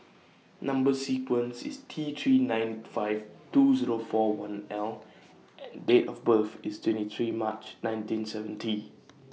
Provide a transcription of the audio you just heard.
Number sequence IS T three nine five two Zero four one L and Date of birth IS twenty three March nineteen seventy